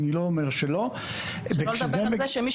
אני לא אומר שלא --- שלא לדבר על זה שמי